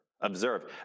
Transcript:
observe